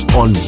on